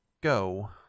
go